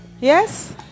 yes